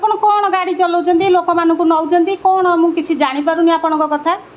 ଆପଣ କ'ଣ ଗାଡ଼ି ଚଲଉଛନ୍ତି ଲୋକମାନଙ୍କୁ ନଉଛନ୍ତି କ'ଣ ମୁଁ କିଛି ଜାଣିପାରୁନି ଆପଣଙ୍କ କଥା